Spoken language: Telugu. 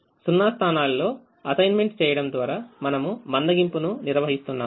0 స్థానాల్లో అసైన్మెంట్ చేయడం ద్వారామనము మందగింపును నిర్వహిస్తున్నాము